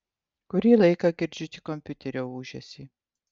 kurį laiką girdžiu tik kompiuterio ūžesį